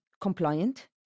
compliant